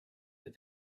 that